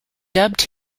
dubbed